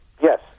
Yes